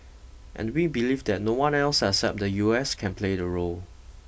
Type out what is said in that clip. and we believe that no one else except the U S can play the role